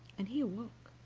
and he awoke.